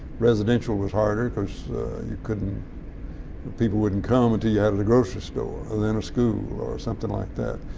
residential was harder because you couldn't people wouldn't come until you had a grocery store and then a school or something like that.